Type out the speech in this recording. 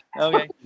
Okay